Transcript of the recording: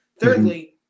Thirdly